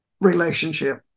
relationship